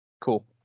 Cool